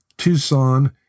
Tucson